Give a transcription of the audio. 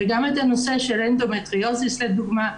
וגם את הנושא של אנדומטריוזיס לדוגמה,